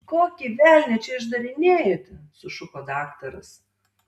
kokį velnią čia išdarinėjate sušuko daktaras